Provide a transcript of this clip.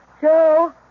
Joe